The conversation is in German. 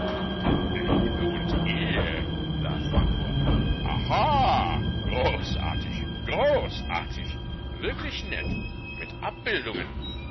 liebe und ehe las er vor aha großartig großartig wirklich nett mit abbildungen